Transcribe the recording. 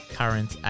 current